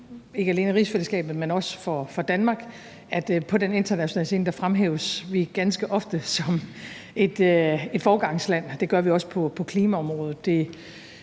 ikke alene rigsfællesskabet, men også for Danmark, at vi på den internationale scene ganske ofte bliver fremhævet som et foregangsland. Det gør vi også på klimaområdet,